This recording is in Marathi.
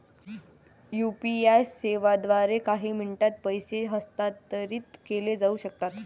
यू.पी.आई सेवांद्वारे काही मिनिटांत पैसे हस्तांतरित केले जाऊ शकतात